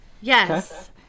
Yes